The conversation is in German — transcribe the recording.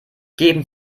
geben